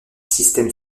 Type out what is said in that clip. système